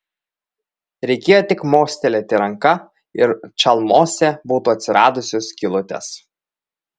reikėjo tik mostelėti ranka ir čalmose būtų atsiradusios skylutės